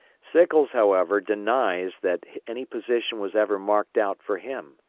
sickles, however, denies that any position was ever marked out for him.